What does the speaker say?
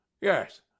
Yes